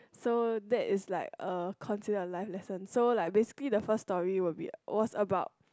so that's like a concern your life lesson so basically the first story will be was about